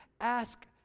ask